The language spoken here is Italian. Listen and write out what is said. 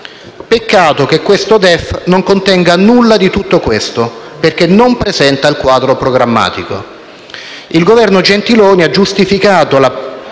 Peccato che questo DEF non contenga nulla di tutto questo, perché non presenta il quadro programmatico. Il Governo Gentiloni Silveri ha giustificato la